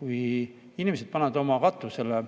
kui inimesed panevad oma katusele,